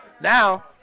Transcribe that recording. Now –